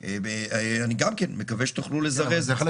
אני גם כן מקווה שתוכלו לזרז את זה.